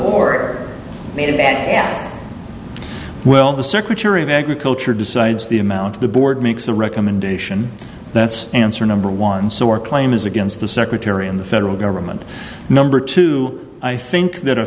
maybe that well the secretary of agriculture decides the amount of the board makes a recommendation that's answer number one so our claim is against the secretary in the federal government number two i think that a